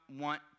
want